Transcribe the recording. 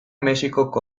mexikoko